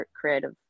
creative